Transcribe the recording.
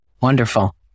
Wonderful